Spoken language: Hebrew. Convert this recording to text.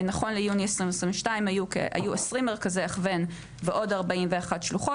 נכון ליוני 2022 היו 20 מרכזי הכוון ועוד 41 שלוחות.